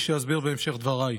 כפי שאסביר בהמשך דבריי.